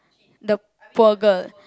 the poor girl